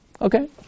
Okay